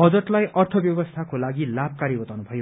बजटलाई अर्थव्यवस्थाको लागि लाभकारी बातउनु भयो